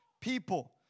people